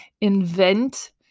invent